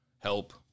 help